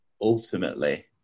ultimately